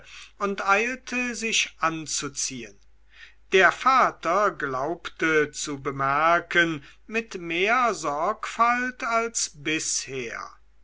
und eilte sich anzuziehn der vater glaubte zu bemerken mit mehr sorgfalt als bisher